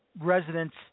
residents